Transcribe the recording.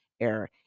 error